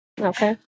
Okay